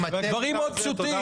אם אתם --- דברים מאוד פשוטים.